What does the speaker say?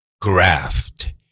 graft